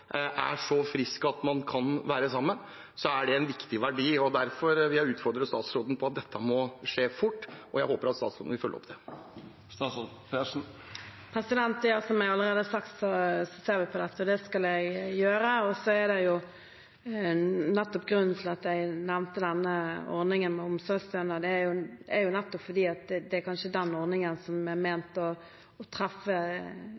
er så frisk at man kan være sammen, så er det en viktig verdi. Derfor vil jeg utfordre statsråden på at dette må skje fort, og jeg håper at statsråden vil følge opp dette. Som jeg allerede har sagt, skal jeg se på dette. Grunnen til at jeg nevnte ordningen med omsorgsstønad, er nettopp fordi det kanskje er den ordningen som er ment å treffe i en slik situasjon, der en voksen pårørende tar vare på en voksen pasient. Når det gjelder pleiepenger, er